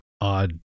odd